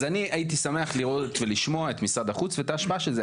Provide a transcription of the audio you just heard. אז אני הייתי שמח לראות ולשמוע את משרד החוץ ואת ההשפעה של זה,